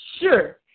Sure